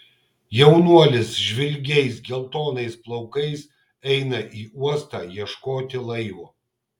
jaunuolis žvilgiais geltonais plaukais eina į uostą ieškoti laivo